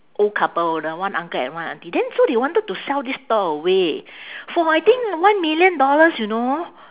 old couple the one uncle and one aunty then so they wanted to sell this stall away for I think one million dollars you know